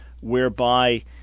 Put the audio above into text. whereby